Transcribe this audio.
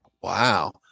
wow